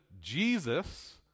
Jesus